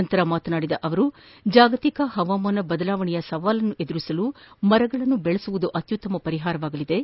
ಬಳಿಕ ಮಾತನಾಡಿ ಜಾಗತಿಕ ಹವಾಮಾನ ಬದಲಾವಣೆ ಸವಾಲನ್ನು ಎದುರಿಸಲು ಮರಗಳನ್ನು ಬೆಳೆಸುವುದು ಅತ್ಯುತ್ತಮ ಪರಿಹಾರವಾಗಲಿದ್ದು